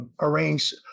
arrange